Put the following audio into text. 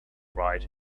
ride